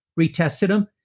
retested them.